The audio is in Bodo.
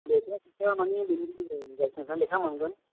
लेका मोनगोन